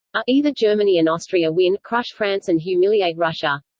either germany and austria win, crush france and humiliate russia.